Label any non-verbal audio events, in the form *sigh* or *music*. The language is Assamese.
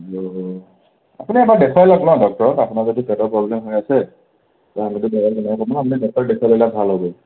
কিন্তু আপুনি এবাৰ দেখুৱাই যাওঁক ন ডক্টৰক আপোনাৰ যদি পেটৰ প্ৰবলেম হৈ আছে তেতিয়াহ'লে *unintelligible* আপুনি ডক্টৰক দেখুৱাই ল'লে ভাল হ'ব